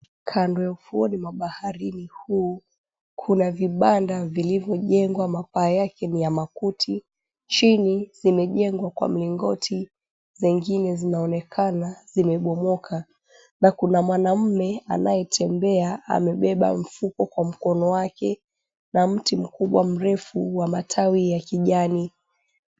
Kando ya ufuoni mwa baharini huu, kuna vibanda vilivyojengwa mapaa yake ni ya makuti. Chini zimejengwa kwa mlingoti, zingine zinaonekana zimebomoka. Na kuna mwanamume anayetembea amebeba mfuko kwa mkono wake na mti mkubwa mrefu wa matawi ya kijani.